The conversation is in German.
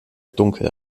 dunkel